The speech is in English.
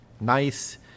nice